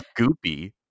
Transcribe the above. goopy